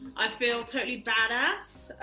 i feel totally badass,